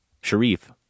Sharif-